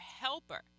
helper